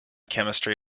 chemistry